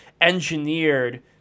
engineered